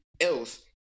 else